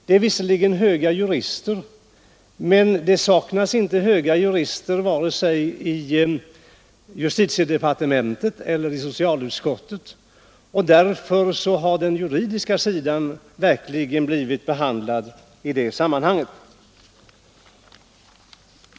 De är visserligen höga jurister, men det saknas inte sådana vare sig i justitiedepartementet eller i socialutskottet, och därför har den juridiska aspekten verkligen blivit tillgodosedd i detta sammanhang.